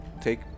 take